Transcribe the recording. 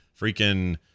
freaking